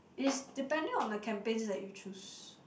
it's depending on the campaigns that you choose